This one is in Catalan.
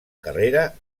carrera